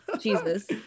Jesus